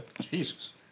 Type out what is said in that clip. Jesus